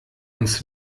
uns